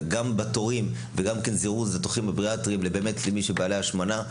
וגם בתורים וגם זירוז ניתוחים בריאטריים לבעלי השמנה,